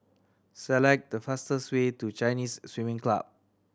select the fastest way to Chinese Swimming Club